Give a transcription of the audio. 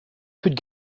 could